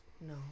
No